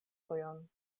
fojon